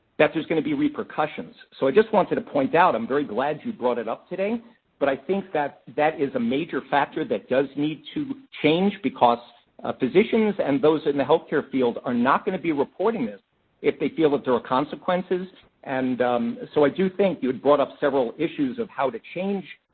that there's going to be repercussions. so, i just wanted to point out-i'm very glad you brought it up today-but but i think that that is a major factor that does need to change because ah physicians and those in the health care field are not going to be reporting this if they feel that there are consequences. and so, i do think you have brought up several issues of how to change,